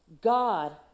God